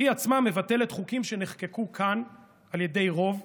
היא עצמה מבטלת חוקים שנחקקו כאן על ידי רוב,